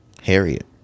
Harriet